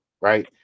right